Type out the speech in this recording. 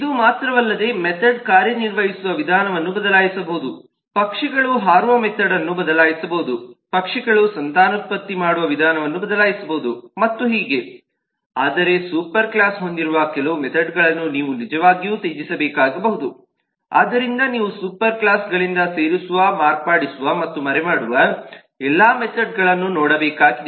ಇದು ಮಾತ್ರವಲ್ಲದೆ ಮೆಥೆಡ್ ಕಾರ್ಯನಿರ್ವಹಿಸುವ ವಿಧಾನವನ್ನು ಬದಲಾಯಿಸಬಹುದು ಪಕ್ಷಿಗಳು ಹಾರುವ ಮೆಥೆಡ್ಅನ್ನು ಬದಲಾಯಿಸಬಹುದು ಪಕ್ಷಿಗಳು ಸಂತಾನೋತ್ಪತ್ತಿ ಮಾಡುವ ವಿಧಾನವನ್ನು ಬದಲಾಯಿಸಬಹುದು ಮತ್ತು ಹೀಗೆ ಆದರೆ ಸೂಪರ್ಕ್ಲಾಸ್ ಹೊಂದಿರುವ ಕೆಲವು ಮೆಥೆಡ್ಗಳನ್ನು ನೀವು ನಿಜವಾಗಿಯೂ ತ್ಯಜಿಸಬೇಕಾಗಬಹುದು ಆದ್ದರಿಂದ ನೀವು ಸೂಪರ್ ಕ್ಲಾಸ್ ಗಳಿಂದ ಸೇರಿಸುವ ಮಾರ್ಪಡಿಸುವ ಮತ್ತು ಮರೆಮಾಡುವ ಎಲ್ಲ ಮೆಥೆಡ್ಗಳನ್ನು ನೋಡಬೇಕಾಗಿದೆ